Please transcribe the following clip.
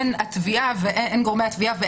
הן גורמי התביעה-